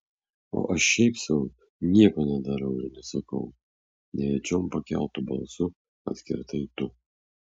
o aš šiaip sau nieko nedarau ir nesakau nejučiom pakeltu balsu atkirtai tu